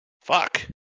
Fuck